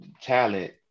talent